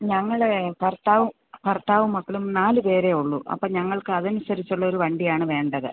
ഞങ്ങൾ ഭർത്താവും ഭർത്താവും മക്കളും നാല് പേരെ ഉള്ളൂ അപ്പം ഞങ്ങൾക്കത് അനുസരിച്ചുള്ളൊരു വണ്ടിയാണ് വേണ്ടത്